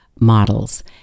models